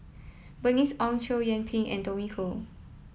Bernice Ong Chow Yian Ping and Tommy Koh